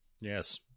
Yes